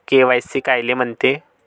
KYC कायले म्हनते?